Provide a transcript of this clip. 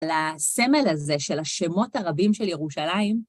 לסמל הזה של השמות הרבים של ירושלים.